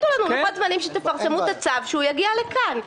מתי תפרסמו את הצו והוא יגיע לכאן.